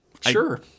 Sure